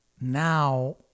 now